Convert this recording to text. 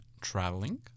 traveling